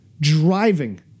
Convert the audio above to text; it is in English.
driving